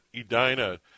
Edina